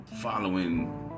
following